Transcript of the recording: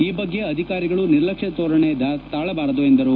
ಈ ಬಗ್ಗೆ ಅಧಿಕಾರಿಗಳು ನಿರ್ಲಕ್ಷ್ಯ ಧೋರಣೆ ತಾಳಬಾರದು ಎಂದರು